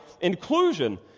inclusion